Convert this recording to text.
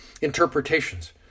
interpretations